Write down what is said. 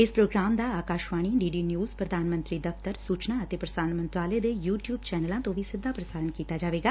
ਇਸ ਪ੍ਰੋਗਰਾਮ ਦਾ ਆਕਾਸ਼ਵਾਣੀ ਡੀ ਡੀ ਨਿਊਜ਼ ਪ੍ਰਧਾਨ ਮੰਤਰੀ ਦਫ਼ਤਰ ਸੂਚਨਾ ਅਤੇ ਪ੍ਰਸਾਰਣ ਮੰਤਰਾਲੇ ਦੇ ਯੁ ਟਿਉਬ ਚੈਨਲਾਂ ਤੋਂ ਵੀ ਸਿੱਧਾ ਪ੍ਰਸਾਰਣ ਕੀਤਾ ਜਾਏਗਾ